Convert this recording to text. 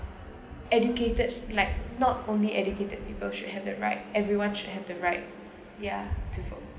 educated like not only educated people should have the right everyone should have the right ya to